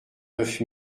neuf